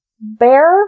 Bear